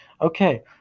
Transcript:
Okay